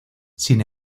sin